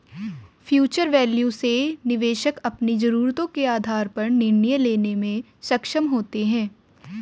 future value से निवेशक अपनी जरूरतों के आधार पर निर्णय लेने में सक्षम होते हैं